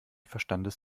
verstandes